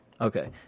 Okay